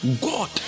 God